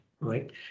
right